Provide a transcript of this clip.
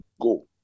go